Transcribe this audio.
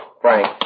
Frank